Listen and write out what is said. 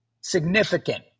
significant